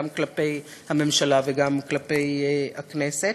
גם כלפי הממשלה וגם כלפי הכנסת.